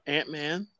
Ant-Man